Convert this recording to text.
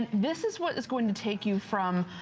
this is what is going to take you from,